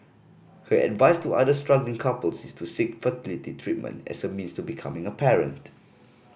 her advice to other struggling couples is to seek fertility treatment as a means to becoming a parent